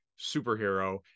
superhero